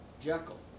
Jekyll